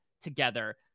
together